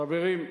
חברים,